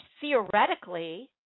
theoretically